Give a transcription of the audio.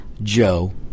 Joe